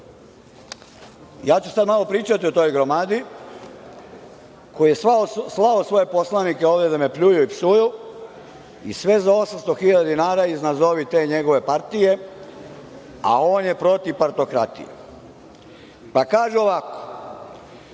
ću malo pričati o toj gromadi, koji je slao svoje poslanike ovde da me pljuju i psuju i sve za 800.000 dinara iz nazovi te njegove partije, a on je protiv partokratije. Pa, kažu ovako